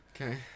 okay